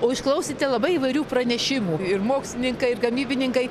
o išklausėte labai įvairių pranešimų ir mokslininkai ir gamybininkai